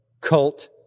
cult